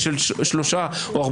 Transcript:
בסדר.